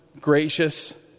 gracious